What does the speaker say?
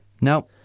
No